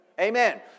Amen